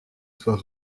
soit